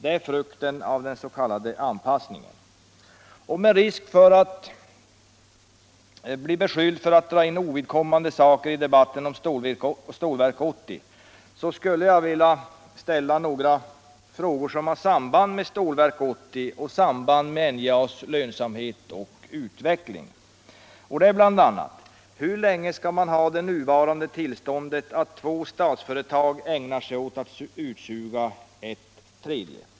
Det är frukten av den s.k. anpassningen. Med risk för att bli beskylld för att dra in ovidkommande saker i debatten om Stålverk 80 skulle jag vilja ställa några frågor som har samband med Stålverk 80, liksom med NJA:s lönsamhet och utveckling. Hur länge skall man ha det nuvarande tillståndet att två statsföretag ägnar sig åt att utsuga ett tredje?